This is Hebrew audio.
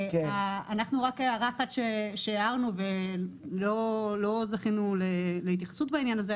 רק הערה אחת שהערנו ולא זכינו להתייחסות בעניין הזה,